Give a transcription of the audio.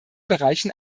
bereichen